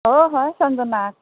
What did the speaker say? অ হয় সঞ্জনা